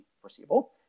foreseeable